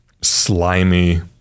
slimy